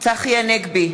צחי הנגבי,